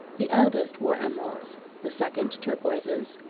the eldest wore emeralds, the second turquoises,